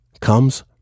comes